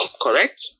correct